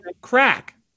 crack